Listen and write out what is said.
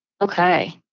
Okay